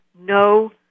no